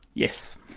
yes.